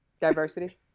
diversity